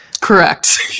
Correct